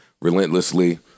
relentlessly